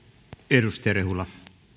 arvoisa herra